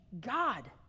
god